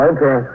Okay